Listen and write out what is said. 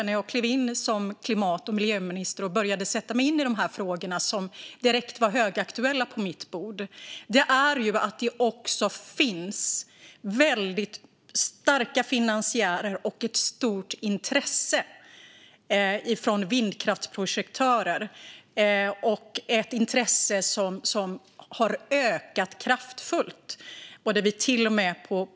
När jag klev in som klimat och miljöminister och började sätta mig in i de frågor på mitt bord som var högaktuella slogs jag av att det finns väldigt starka finansiärer och ett stort intresse från vindkraftsprojektörer. Det här intresset har ökat kraftigt.